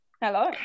Hello